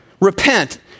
Repent